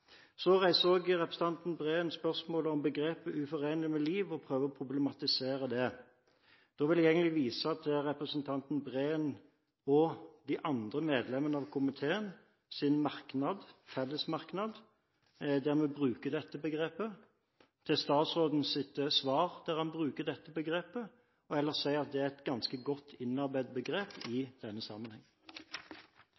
så vidt jeg registrerer – som har tatt opp motforslag mot. Representanten Breen reiser også spørsmålet om begrepet «uforenlig med liv» og prøver å problematisere det. Da vil jeg vise til representanten Breens og de andre medlemmene av komiteens fellesmerknad, der vi bruker dette begrepet, til statsrådens svar der han bruker dette begrepet, og ellers si at det er et ganske godt innarbeidet begrep i